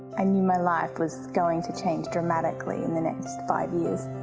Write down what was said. i knew my life was going to change dramatically in the next five years.